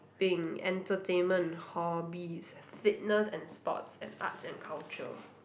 ~ping entertainment hobbies fitness and sports and arts and culture